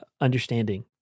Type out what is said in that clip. understanding